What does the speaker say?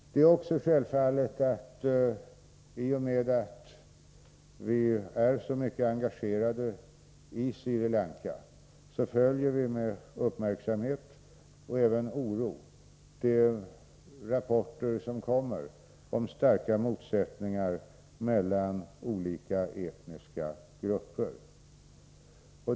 Vidare är det självfallet att i och med att vi är så kraftigt engagerade i Sri Lanka följer vi med uppmärksamhet och även med oro de rapporter som kommer om starka motsättningar mellan olika etniska grupper.